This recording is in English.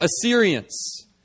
Assyrians